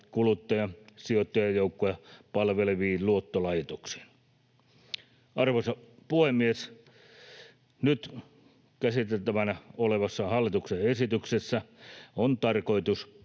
kuluttajasijoittajajoukkoja palveleviin luottolaitoksiin. Arvoisa puhemies! Nyt käsiteltävänä olevassa hallituksen esityksessä on tarkoitus